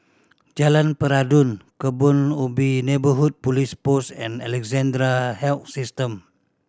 Jalan Peradun Kebun Ubi Neighbourhood Police Post and Alexandra Health System